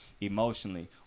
emotionally